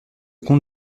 comte